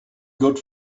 good